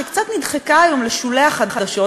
שקצת נדחקה היום לשולי החדשות,